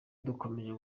dukomeje